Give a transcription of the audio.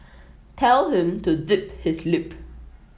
tell him to zip his lip